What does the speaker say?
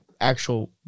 actual